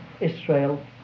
Israel